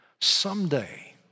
someday